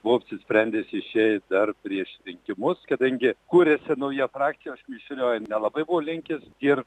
buvau apsisprendęs išeit dar prieš rinkimus kadangi kūrėsi nauja frakcija aš mišrioje nelabai buvau linkęs ir